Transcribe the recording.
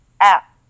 app